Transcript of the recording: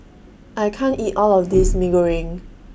I can't eat All of This Mee Goreng